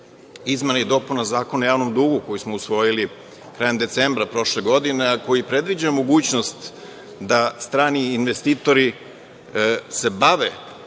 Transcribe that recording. izmena i dopuna Zakona o javnom dugu koji smo usvojili krajem decembra prošle godine, a koji predviđa mogućnost da se strani investitori bave